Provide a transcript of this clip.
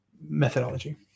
methodology